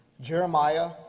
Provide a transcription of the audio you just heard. Jeremiah